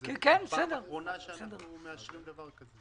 שזו הפעם האחרונה שאנחנו מאשרים דבר כזה.